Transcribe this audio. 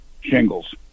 shingles